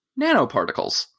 nanoparticles